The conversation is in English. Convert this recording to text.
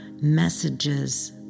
messages